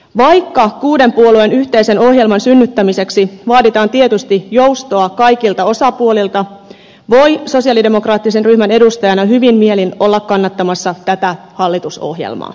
vaikka kuuden puolueen yhteisen ohjelman synnyttämiseksi vaaditaan tietysti joustoa kaikilta osapuolilta voi sosialidemokraattisen ryhmän edustajana hyvin mielin olla kannattamassa tätä hallitusohjelmaa